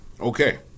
okay